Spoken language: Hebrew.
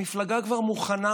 המפלגה כבר מוכנה,